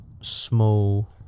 small